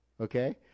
Okay